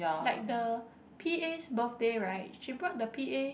like the P_A birthday right she brought the P_A